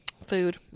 Food